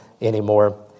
anymore